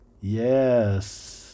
Yes